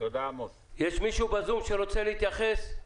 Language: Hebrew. יש מישהו בזום שרוצה להתייחס?